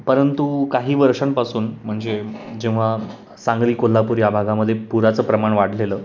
परंतु काही वर्षांपासून म्हणजे जेव्हा सांगली कोल्हापूर या भागामध्ये पुराचं प्रमाण वाढलेलं